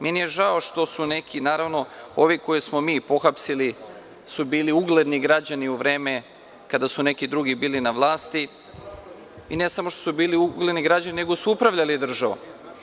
Meni je žao što su neki naravno, ove koje smo mi pohapsili su bili ugledni građani u vreme kada su neki drugi bili na vlasti i ne samo što su bili ugledni građani, nego su upravljali državom.